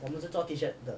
我们是做 T shirt 的